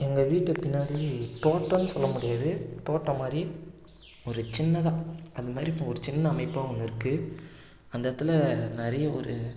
எங்கள் வீட்டு பின்னாடி தோட்டம்ன்னு சொல்ல முடியாது தோட்டம்மாதிரி ஒரு சின்னதாக அதுமாதிரி இப்போ ஒரு சின்ன அமைப்பாக ஒன்று இருக்குது அந்த இடத்துல நிறைய ஒரு